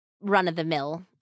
run-of-the-mill